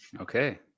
okay